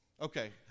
Okay